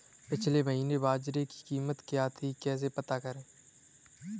पिछले महीने बाजरे की कीमत क्या थी कैसे पता करें?